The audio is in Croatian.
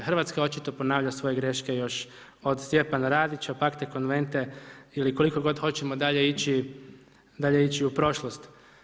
Hrvatska očito ponavlja svoje greške još od Stjepana Radića, Pacte convente ili koliko god hoćemo dalje ići u prošlost.